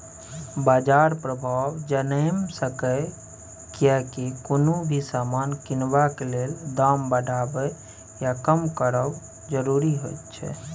बाजार प्रभाव जनैम सकेए कियेकी कुनु भी समान किनबाक लेल दाम बढ़बे या कम करब जरूरी होइत छै